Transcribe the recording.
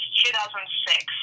2006